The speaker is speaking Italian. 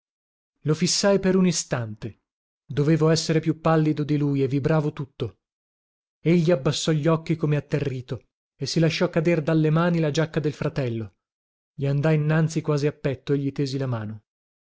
lo fissai per un istante dovevo essere più pallido di lui e vibravo tutto egli abbassò gli occhi come atterrito e si lasciò cader dalle mani la giacca del fratello gli andai innanzi quasi a petto e gli tesi la mano